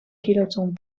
kiloton